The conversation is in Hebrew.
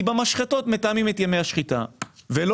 כי במשחטות מתאמים את ימי השחיטה כך